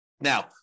Now